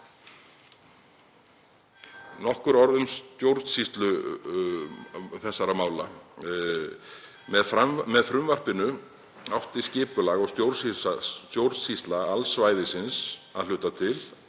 nokkur orð um stjórnsýslu þessara mála. Með frumvarpinu átti skipulag og stjórnsýsla alls svæðisins, að hluta til,